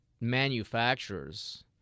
manufacturers